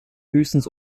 höchstens